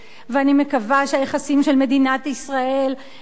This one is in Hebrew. ואני מקווה שהיחסים של מדינת ישראל עם